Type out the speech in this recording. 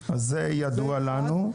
אוקיי, זה ידוע לנו.